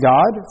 God